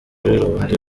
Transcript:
rundi